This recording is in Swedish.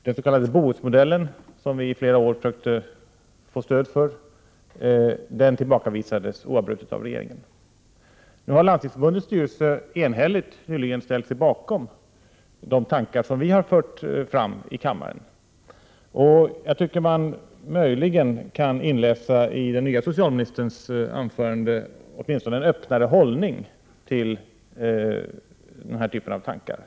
Den s.k. Bohusmodellen som vi i flera år försökte få stöd för tillbakavisades oavbrutet av regeringen. Nu har Landstingsförbundets styrelse nyligen enhälligt ställt sig bakom de tankar vi har fört fram i kammaren. Jag tycker man möjligen kan inläsa i den nye socialministerns anförande åtminstone en öppnare hållning till denna typ av tankar.